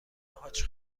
حاج